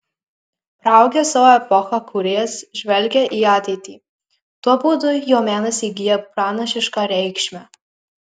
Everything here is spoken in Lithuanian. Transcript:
praaugęs savo epochą kūrėjas žvelgia į ateitį tuo būdu jo menas įgyja pranašišką reikšmę